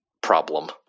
problem